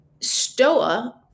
Stoa